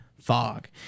fog